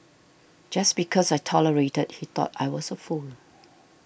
just because I tolerated he thought I was a fool